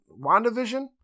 WandaVision